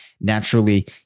Naturally